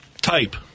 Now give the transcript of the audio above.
Type